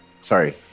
Sorry